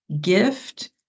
gift